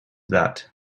that